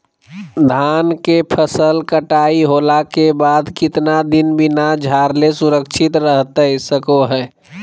धान के फसल कटाई होला के बाद कितना दिन बिना झाड़ले सुरक्षित रहतई सको हय?